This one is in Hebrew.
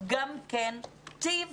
גם טיב